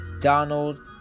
Donald